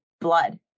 blood